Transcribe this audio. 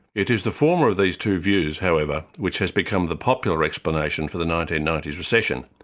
it is the former of these two views however, which has become the popular explanation for the nineteen ninety s recession,